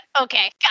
Okay